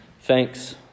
thanks